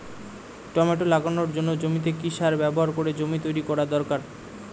Tomato লাগানোর জন্য জমিতে কি সার ব্যবহার করে জমি তৈরি করা দরকার?